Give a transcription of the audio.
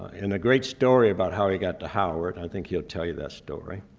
and a great story about how he got to howard. i think he'll tell you that story.